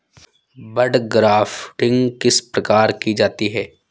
बड grafting किस प्रकार की जाती है?